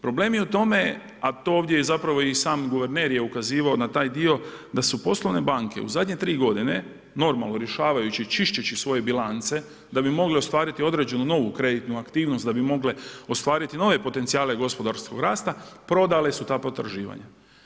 Problem je u tome, a to ovdje zapravo i sam guverner je ukazivao na taj dio, da su poslovne banke, u zadnje 3 g. normalno rješavajući, čisteći svoje bilance, da bi mogle ostvariti novu kreditnu aktivnost, da bi mogle ostvariti nove potencijale gospodarskog rasta, prodale su ta potraživanja.